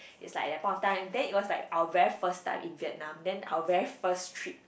it's like at that point of time then it was like our very first time in Vietnam then our very first trip